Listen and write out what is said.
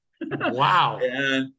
Wow